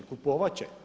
Kupovat će?